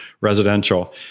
residential